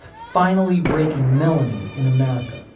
finally breaking melanie in america.